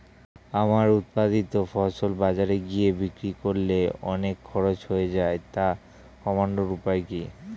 আমার উৎপাদিত ফসল বাজারে গিয়ে বিক্রি করলে অনেক খরচ হয়ে যায় তা কমানোর উপায় কি?